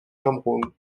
cameroun